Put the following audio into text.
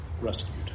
rescued